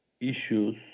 issues